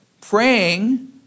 praying